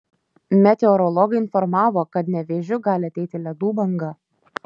meteorologai informavo kad nevėžiu gali ateiti ledų banga